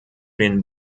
den